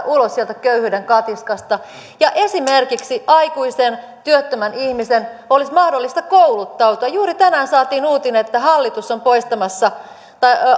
ulos sieltä köyhyyden katiskasta ja esimerkiksi aikuisen työttömän ihmisen olisi mahdollista kouluttautua juuri tänään saatiin uutinen että hallitus on poistamassa